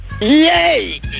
Yay